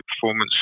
performance